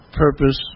purpose